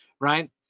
right